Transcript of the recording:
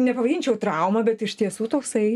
nepavadinčiau trauma bet iš tiesų toksai